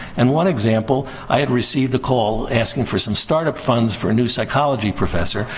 and one example. i had received a call asking for some startup funds for a new psychology professor.